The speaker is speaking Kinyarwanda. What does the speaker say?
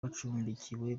bacumbikiwe